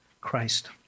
Christ